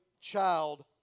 child